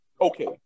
okay